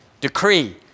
decree